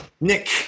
Nick